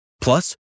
Plus